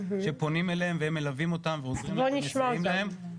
שפונים אליהם ומלווים אותם ועוזרים להם ומסייעים להם,